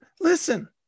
Listen